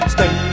Stay